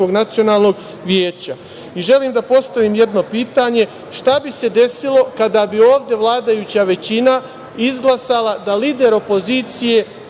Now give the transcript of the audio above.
veća? Želim da postavim jedno pitanje - šta bi se desilo kada bi ovde vladajuća većina izglasala da lideru opozicije